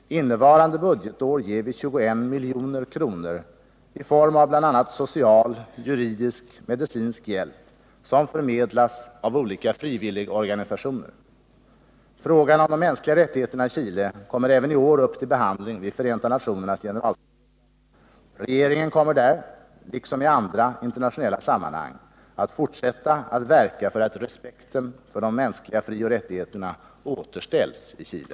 Innevarande budgetår ger vi 21 milj.kr. i form av bl.a. social, juridisk och medicinsk hjälp, som förmedlas av olika frivilligorganisationer. Frågan om de mänskliga rättigheterna i Chile kommer även i år upp till behandling vid Förenta nationernas generalförsamling. Regeringen kommer där — liksom i andra internationella sammanhang — att fortsätta att verka för att respekten för de mänskliga frioch rättigheterna återställs i Chile.